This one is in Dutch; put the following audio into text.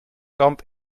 kamp